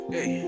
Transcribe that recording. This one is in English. Hey